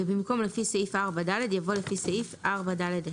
ובמקום "לפי סעיף 4(ד)" יבוא "לפי סעיף 4(ד1)".